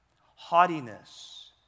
Haughtiness